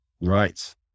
Right